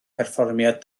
perfformiad